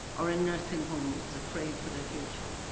or in nursing homes afraid for their future